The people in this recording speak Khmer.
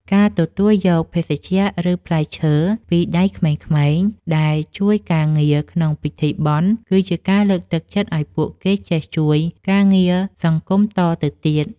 ការទទួលយកភេសជ្ជៈ ឬផ្លែឈើពីដៃក្មេងៗដែលជួយការងារក្នុងពិធីបុណ្យ គឺជាការលើកទឹកចិត្តឱ្យពួកគេចេះជួយការងារសង្គមតទៅទៀត។